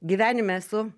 gyvenime esu